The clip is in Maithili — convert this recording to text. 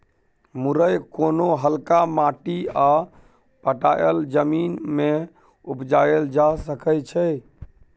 मुरय कोनो हल्का माटि आ पटाएल जमीन मे उपजाएल जा सकै छै